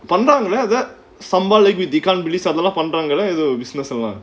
அது:athu someone like business எல்லாம்:ellaam